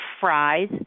fries